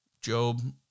Job